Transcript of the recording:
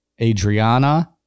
Adriana